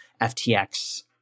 FTX